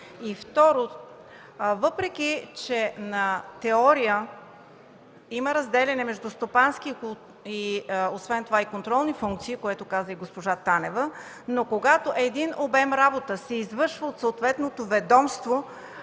Второ, въпреки че на теория има разделяне на стопанските и контролните функции, което каза и госпожа Танева, но когато даден обем работа се извършва от съответното ведомство,